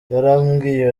yarambwiye